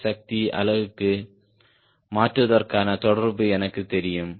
S சக்தி அலகுக்கு மாற்றுவதற்கான தொடர்பு எனக்குத் தெரியும்